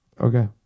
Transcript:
Okay